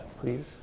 please